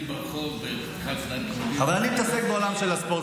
אבל אני מתעסק בעולם של הספורט,